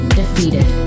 defeated